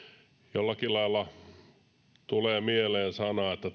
jollakin lailla tulee mieleen sana että